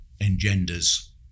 engenders